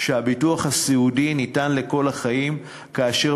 שהביטוח הסיעודי ניתן לכל החיים כאשר